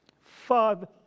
Father